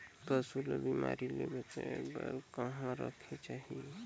पशु ला बिमारी ले बचाय बार कहा रखे चाही?